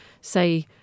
say